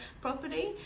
property